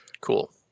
Cool